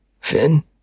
Finn